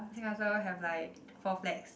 sand castle will have like four flags